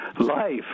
life